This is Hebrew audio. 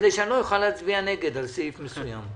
כדי שאני לא אוכל להצביע נגד על סעיף מסוים.